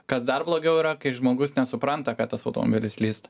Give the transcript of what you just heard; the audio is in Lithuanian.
kas dar blogiau yra kai žmogus nesupranta kad tas automobilis slysta